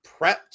prepped